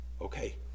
Okay